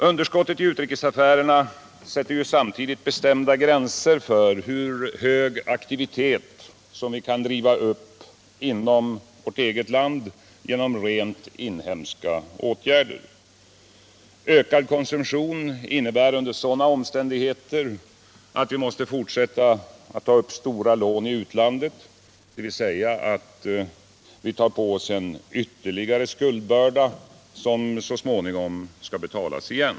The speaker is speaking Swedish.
Underskottet i utrikesaffärerna sätter samtidigt bestämda gränser för hur hög aktivitet som vi kan driva upp inom vårt eget land genom rent inhemska åtgärder. Ökad konsumtion innebär under sådana omständigheter att vi måste fortsätta att ta upp stora lån i utlandet, dvs. att vi tar på oss en ytterligare skuldbörda som så småningom skall betalas igen.